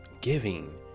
giving